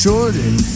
Jordan